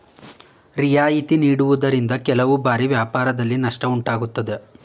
ರಿಯಾಯಿತಿ ನೀಡುವುದರಿಂದ ಕೆಲವು ಬಾರಿ ವ್ಯಾಪಾರದಲ್ಲಿ ನಷ್ಟ ಉಂಟಾಗುತ್ತದೆ